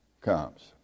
comes